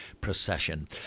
procession